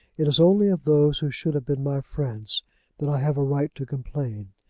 it is only of those who should have been my friends that i have a right to complain.